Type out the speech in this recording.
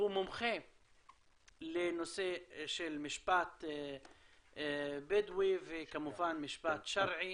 שהוא מומחה לנושא של משפט בדואי וכמובן משפט שרעי,